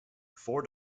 four